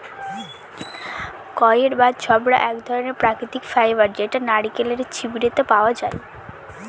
কইর বা ছবড়া এক ধরনের প্রাকৃতিক ফাইবার যেটা নারকেলের ছিবড়েতে পাওয়া যায়